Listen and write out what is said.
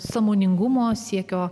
sąmoningumo siekio